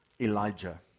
Elijah